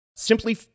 Simply